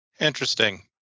Interesting